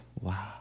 Wow